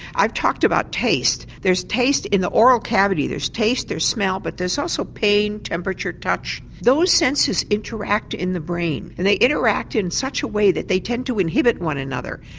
i've talked about taste, there's taste in the aural cavity, there's taste, there's smell but there's also pain, temperature, touch, those sensors interact in the brain and they interact in such a way that they tend to inhibit one another.